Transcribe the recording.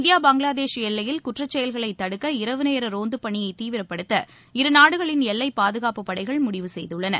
India Bangladesh எல்லையில் குற்றச் செயல்களைத் தடுக்க இரவு நேரரோந்தப் பணியைதீவிரப்படுத்த இருநாடுகளின் எல்லைப் பாதுகாப்பு படைகள் முடிவு செய்துள்ளன